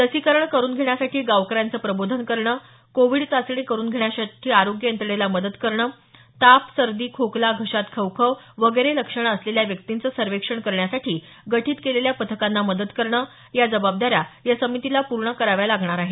लसीकरण करुन घेण्यासाठी गावकऱ्यांचं प्रबोधन करणं कोविड चाचणी करुन घेण्यासाठी आरोग्य यंत्रणेला मदत करणं ताप सर्दी खोकला घशात खवखव वगैरे लक्षणं असलेल्या व्यक्तींचं सर्वेक्षण करण्यासाठी गठीत केलेल्या पथकांना मदत करणं या जबाबदाऱ्या या समितीला पूर्ण कराव्या लागणार आहेत